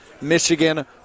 Michigan